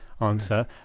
answer